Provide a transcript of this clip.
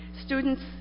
Students